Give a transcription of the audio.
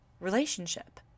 relationship